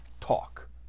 talk